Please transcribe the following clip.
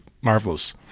marvelous